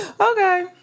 Okay